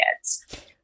kids